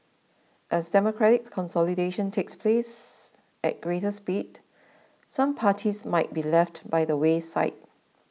as democratic consolidation takes place at greater speed some parties might be left by the wayside